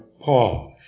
pause